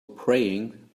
praying